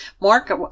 Mark